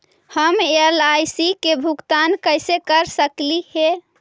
हम एल.आई.सी के भुगतान कैसे कर सकली हे?